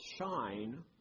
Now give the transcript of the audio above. shine